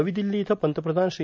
नवी दिल्ली इथं पंतप्रधान श्री